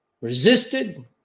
resisted